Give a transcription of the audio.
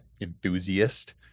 enthusiast